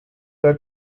her